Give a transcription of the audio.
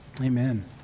Amen